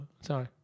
Sorry